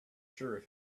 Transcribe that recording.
sure